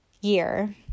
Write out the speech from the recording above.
year